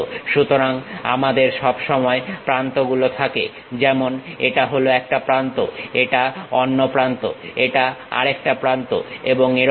সুতরাং আমাদের সবসময় প্রান্তগুলো থাকে যেমন এটা হলো একটা প্রান্ত এটা অন্য প্রান্ত এটা আরেকটা প্রান্ত এবং এরকম